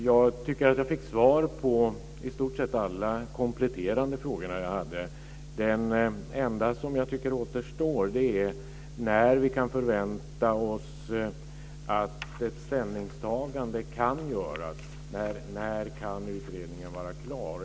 Fru talman! Jag fick svar på i stort sett alla kompletterande frågor. Den enda som återstår är när vi kan förvänta oss att ett ställningstagande kan göras. När kan utredningen vara klar?